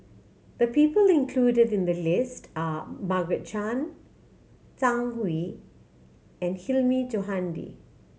the people included in the list are Margaret Chan Zhang Hui and Hilmi Johandi